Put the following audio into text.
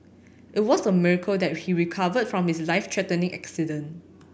it was a miracle that he recovered from his life threatening accident